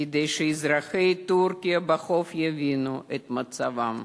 כדי שאזרחי טורקיה בחוף יבינו את מצבם.